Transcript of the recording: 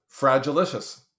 fragilicious